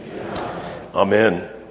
Amen